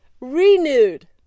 renewed